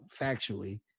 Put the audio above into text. factually